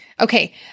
Okay